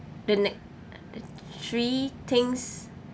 the ne~ three things